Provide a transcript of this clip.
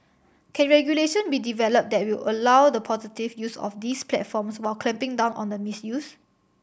can regulation be developed that will allow the positive use of these platforms while clamping down on the misuse